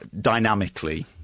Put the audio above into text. dynamically